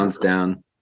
down